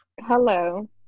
Hello